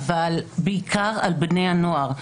אבל בעיקר על בני הנוער.